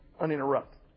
uninterrupted